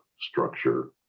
structure